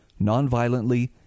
nonviolently